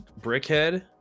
brickhead